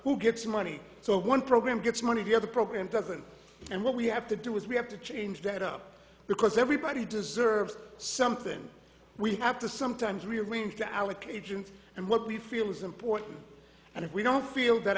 who gets money so one program gets money the other program doesn't and what we have to do is we have to change that up because everybody deserves something we have to sometimes rearrange the allocations and what we feel is important and if we don't feel that